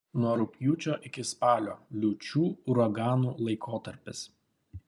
nuo rugpjūčio iki spalio liūčių uraganų laikotarpis